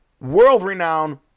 world-renowned